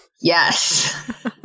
Yes